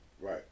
Right